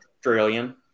Australian